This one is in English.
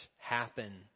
happen